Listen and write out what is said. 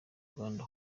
uganda